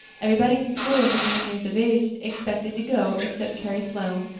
everybody in school over nine years of age expected to go, except carrie sloane,